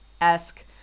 esque